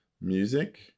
music